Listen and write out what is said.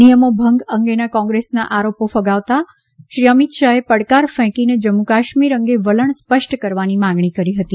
નિયમો ભંગ અંગેના કોંગ્રેસના આરોપો ફગાવતા શ્રી શાહે પડકાર ફેકીને જમ્મુકાશ્મીર અંગે વલણ સ્પષ્ટ કરવાની માગણી કરી હતી